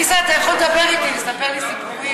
ניסן, אתה יכול לדבר איתי, לספר לי סיפורים.